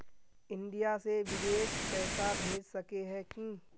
India से बिदेश पैसा भेज सके है की?